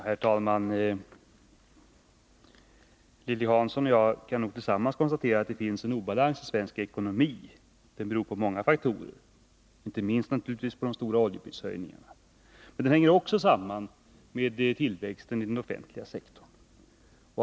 Herr talman! Både Lilly Hansson och jag kan konstatera att det finns en obalans i svensk ekonomi. Den beror på många faktorer, inte minst naturligtvis på de stora oljeprishöjningarna. Men den hänger också samman med tillväxten i den offentliga sektorn.